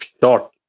short